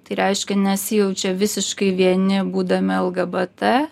tai reiškia nesijaučia visiškai vieni būdami lgbt